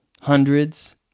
Hundreds